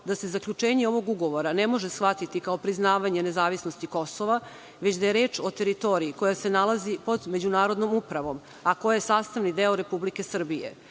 da se zaključenje ovog ugovora ne može shvatiti kao priznavanje nezavisnosti Kosova već da je reč o teritoriji koja se nalazi pod međunarodnom upravom a koja je sastavni deo Republike Srbije.